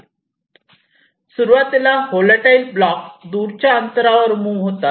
सुरुवातीला होलाटाईल ब्लॉक दूरच्या अंतरावर मूव्ह होतात